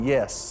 Yes